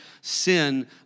sin